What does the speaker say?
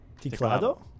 Teclado